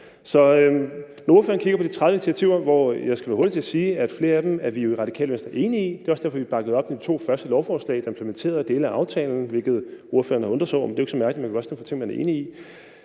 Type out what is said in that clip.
I forhold til de 30 initiativer skal jeg være hurtig til at sige, at flere af dem er vi i Radikale Venstre enige i, og det er også derfor, vi bakkede op om de to første lovforslag, der implementerede dele af aftalen, hvilket ordføreren har undret sig over, men det er jo ikke så mærkeligt – man kan godt stemme for ting, man er enig i.